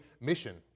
mission